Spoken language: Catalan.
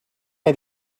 que